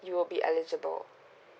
you'll be eligible